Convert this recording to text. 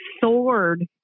sword